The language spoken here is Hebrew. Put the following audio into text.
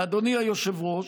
אדוני היושב-ראש,